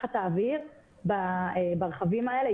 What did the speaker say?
לחץ אויר ברכבים האלה,